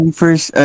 first